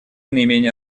наименее